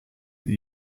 that